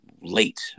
late